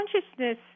consciousness